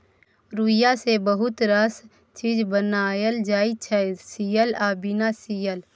रुइया सँ बहुत रास चीज बनाएल जाइ छै सियल आ बिना सीयल